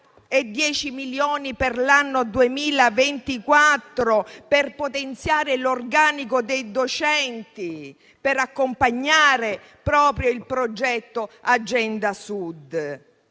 10 milioni per l'anno 2024 per potenziare l'organico dei docenti, per accompagnare proprio il progetto Agenda Sud.